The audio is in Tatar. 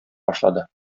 башлады